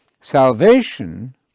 Salvation